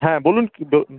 হ্যাঁ বলুন কি বল